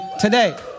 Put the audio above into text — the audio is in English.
today